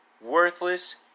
worthless